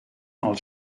aus